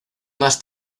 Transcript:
más